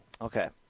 Okay